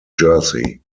jersey